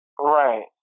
Right